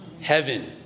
heaven